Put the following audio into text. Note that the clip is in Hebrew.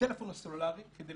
הטלפון הסלולרי, כדי